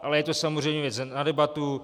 Ale je to samozřejmě věc na debatu.